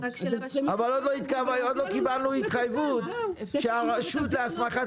אבל עוד לא קיבלנו התחייבות שהרשות להסמכת